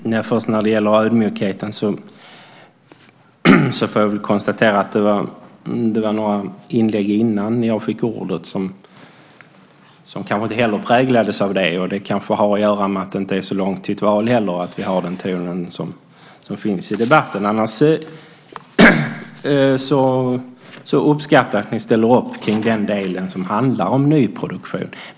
Fru talman! Först när det gäller ödmjukheten får jag konstatera att det var en del inlägg innan jag fick ordet som kanske inte heller präglades av det. Det kanske har att göra med att det inte är så långt till val att vi har den här tonen i debatten. Annars uppskattar jag att ni ställer upp kring den del som handlar om nyproduktion.